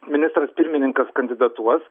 ministras pirmininkas kandidatuos